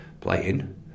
playing